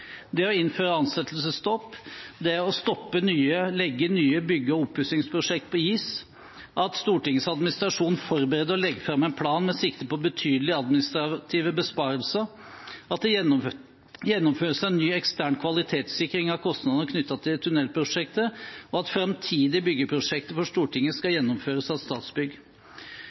det å innføre ansettelsesstopp, det å legge nye bygge- og oppussingsprosjekter på is, at Stortingets administrasjon forbereder og legger fram en plan med sikte på betydelige administrative besparelser, at det gjennomføres en ny, ekstern kvalitetssikring av kostnadene knyttet til tunnelprosjektet, og at framtidige byggeprosjekter for Stortinget skal gjennomføres av Statsbygg.